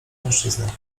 mężczyznach